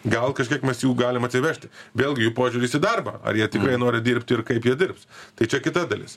gal kažkiek mes jų galim atsivežti vėlgi jų požiūris į darbą ar jie tikrai nori dirbti ir kaip jie dirbs tai čia kita dalis